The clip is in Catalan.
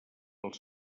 els